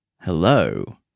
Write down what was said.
Hello